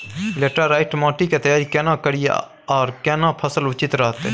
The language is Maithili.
लैटेराईट माटी की तैयारी केना करिए आर केना फसल उचित रहते?